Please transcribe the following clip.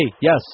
yes